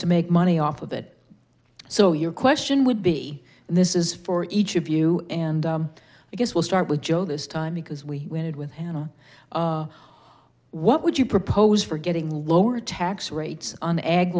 to make money off of it so your question would be this is for each of you and i guess we'll start with joe this time because we did with hanna what would you propose for getting lower tax rates on